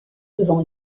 devant